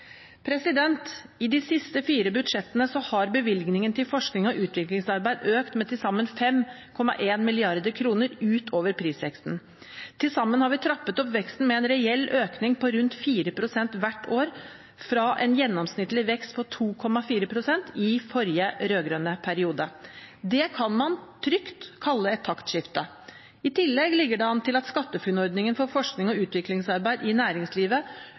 I de siste fire budsjettene har bevilgningene til forskning og utviklingsarbeid økt med til sammen 5,1 mrd. kr utover prisveksten. Til sammen har vi trappet opp veksten med en reell økning på rundt 4 pst. hvert år, fra en gjennomsnittlig vekst på 2,4 pst. i forrige rød-grønne periode. Det kan man trygt kalle et taktskifte. I tillegg ligger det an til at SkatteFUNN-ordningen for forskning og utviklingsarbeid i næringslivet